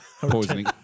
Poisoning